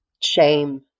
shame